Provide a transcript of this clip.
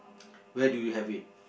where did you have it